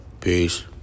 Peace